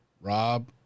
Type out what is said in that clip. Rob